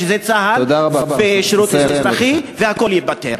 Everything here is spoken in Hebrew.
שזה צה"ל ושירות אזרחי והכול ייפתר.